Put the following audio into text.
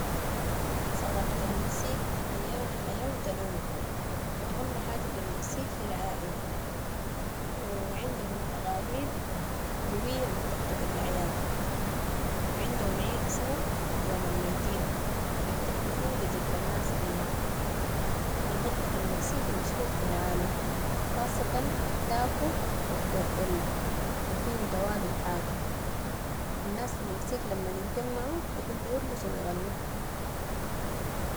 ثقافة المكسيك مليانة حياة و تنوع. اهم حاجة في المكسيك هي العائلة و عندهم تقاليد قوية مرتبطة بال اعياد و عندهم عيد اسمو يوم الميتين، بيحتفلوا فيهو بذكرى الناس الماتوا. المطبخ المكسيكي مشهور في العالم، خاصة التاكو و التورتيلا الفيهم توابل حارة. الناس في المكسيك لمن يتجمعوا بيحبوا يرقصوا ويغنوا.